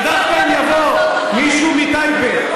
ודווקא אם יבוא מישהו מטייבה,